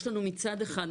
יש לנו מצד אחד,